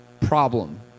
problem